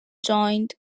joined